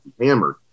hammered